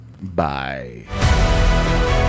bye